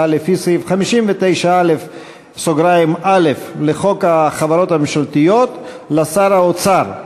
לפי סעיף 59א(א) לחוק החברות הממשלתיות לשר האוצר,